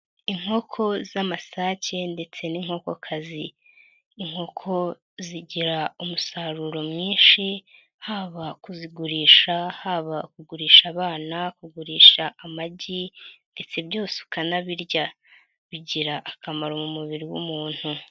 Inkoko z'amasake ndetse n'inkokokazi, inkoko zigira umusaruro mwinshi haba kuzigurisha, haba kugurisha abana, kugurisha amagi ndetse byose ukanabirya, bigira akamaro mu mubiri w'umuntu.